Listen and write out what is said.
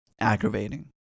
aggravating